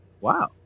wow